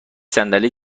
صندلی